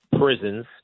prisons